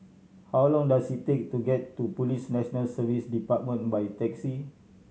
how long does it take to get to Police National Service Department by taxi